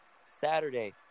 Saturday